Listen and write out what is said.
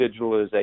digitalization